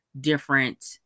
different